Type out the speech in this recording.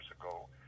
ago